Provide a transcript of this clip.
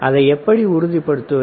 அதை எப்படி உறுதிப்படுத்துவது